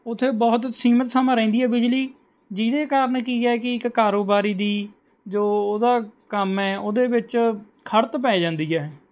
ਉੱਥੇ ਬਹੁਤ ਸੀਮਿਤ ਸਮਾਂ ਰਹਿੰਦੀ ਹੈ ਬਿਜਲੀ ਜਿਹਦੇ ਕਾਰਨ ਕੀ ਹੈ ਕਿ ਇੱਕ ਕਾਰੋਬਾਰੀ ਦੀ ਜੋ ਉਹਦਾ ਕੰਮ ਹੈ ਉਹਦੇ ਵਿੱਚ ਖੜਤ ਪੈ ਜਾਂਦੀ ਹੈ